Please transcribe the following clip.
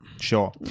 Sure